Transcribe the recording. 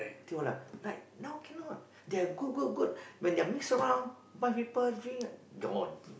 they all ah like now can not they are good good good when they are mix around bunch of people drink gone